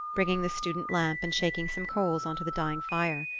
bringing the student lamp and shaking some coals onto the dying fire.